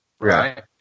Right